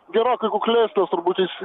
gerokai kuklesnės turbūt iš